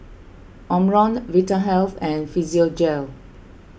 Omron Vitahealth and Physiogel